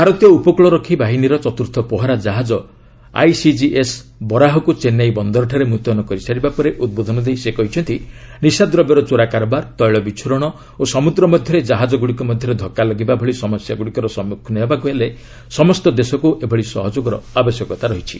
ଭାରତୀୟ ଉପକୂଳ ବାହିନୀର ଚତୁର୍ଥ ପହରା ଜାହାଜ 'ଆଇସିଜିଏସ୍ ବରାହ'କୁ ଚେନ୍ନାଇ ବନ୍ଦରଠାରେ ମୁତୟନ କରିସାରିବା ପରେ ଉଦ୍ବୋଧନ ଦେଇ ସେ କହିଛନ୍ତି ନିଶାଦ୍ରବ୍ୟର ଚୋରା କାରବାର ତୈଳ ବିଚ୍ଛୁରଣ ଓ ସମୁଦ୍ର ମଧ୍ୟରେ କାହାଜଗୁଡ଼ିକ ମଧ୍ୟରେ ଧକ୍କା ଲାଗିବା ଭଳି ସମସ୍ୟାଗୁଡ଼ିକର ସମ୍ମୁଖୀନ ହେବାକୁ ହେଲେ ସମସ୍ତ ଦେଶକୁ ଏଭଳି ସହଯୋଗର ଆବଶ୍ୟକତା ରହିଛି